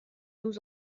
nous